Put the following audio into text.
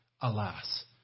Alas